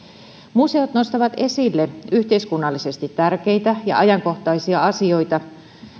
museot nostavat esille yhteiskunnallisesti tärkeitä ja ajankohtaisia asioita